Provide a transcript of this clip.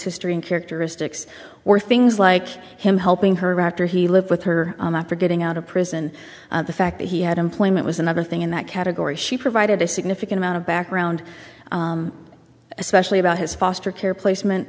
history and characteristics or things like him helping her after he lived with her after getting out of prison the fact that he had employment was another thing in that category she provided a significant amount of background especially about his foster care placement